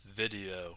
video